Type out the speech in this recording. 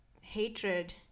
hatred